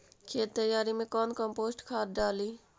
खेत तैयारी मे कौन कम्पोस्ट खाद डाली?